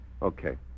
Okay